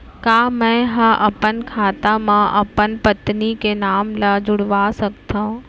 का मैं ह अपन खाता म अपन पत्नी के नाम ला जुड़वा सकथव?